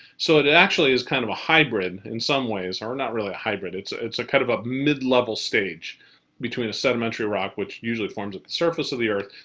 so it it actually is kind of a hybrid in some ways, or not really a hybrid, it's it's a kind of mid-level stage between a sedimentary rock, which usually forms at the surface of the earth,